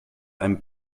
einem